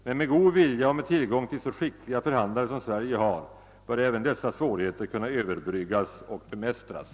Men med god vilja, och med tillgång till så skickliga förhandlare som Sverige har, bör även dessa svårigheter kunna överbryggas och bemästras.